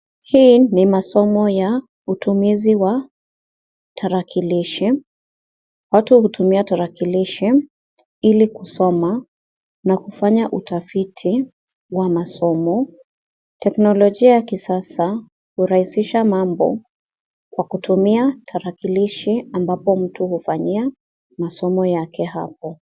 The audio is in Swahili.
Hii ni masomo ya utumizi wa tarakilishi, watu hutumia tarakilishi ili kusoma na kufanya utafiti wa masomo, teknolojia ya kisasa hurahisisha mambo kwa kutumia tarakilishi ambapo mtu hufanyia masomo yake hapo.